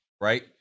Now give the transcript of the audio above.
right